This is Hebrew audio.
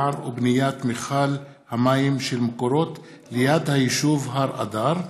כריתת היער ובניית מכל המים של מקורות ליד היישוב הר אדר.